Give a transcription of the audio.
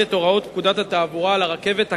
את הוראות פקודת התעבורה על הרכבת הקלה,